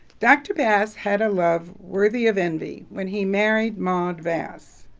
dr. bass had a love worthy of envy when he married maude vass.